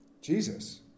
Jesus